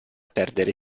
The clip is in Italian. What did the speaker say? perdere